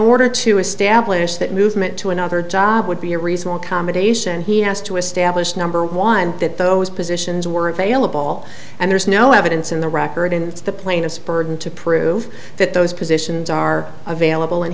order to establish that movement to another job would be a reasonable combination he has to establish number one that those positions were available and there's no evidence in the record in the plaintiff's burden to prove that those positions are available and